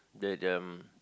let them